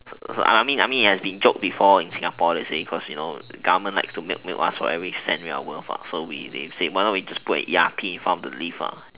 so so I mean I mean it has been joked before in Singapore they say that you know government loves to milk milk us for every cent we're worth so say why not just put a E_R_P in front of the lift